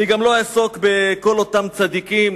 אני גם לא אעסוק בכל אותם צדיקים